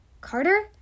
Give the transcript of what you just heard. Carter